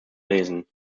lesen